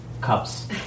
cups